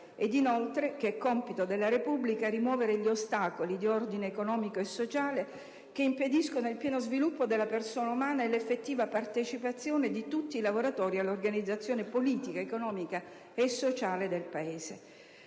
personalità»; «È compito della Repubblica rimuovere gli ostacoli di ordine economico e sociale, che (...) impediscono il pieno sviluppo della persona umana e l'effettiva partecipazione di tutti i lavoratori all'organizzazione politica, economica e sociale del Paese».